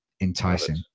enticing